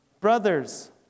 Brothers